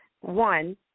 One